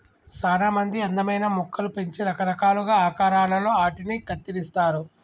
సానా మంది అందమైన మొక్కలు పెంచి రకరకాలుగా ఆకారాలలో ఆటిని కత్తిరిస్తారు